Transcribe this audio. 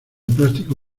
plástico